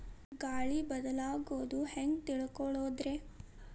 ಗಾಳಿ ಬದಲಾಗೊದು ಹ್ಯಾಂಗ್ ತಿಳ್ಕೋಳೊದ್ರೇ?